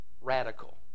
radical